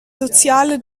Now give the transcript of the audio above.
soziale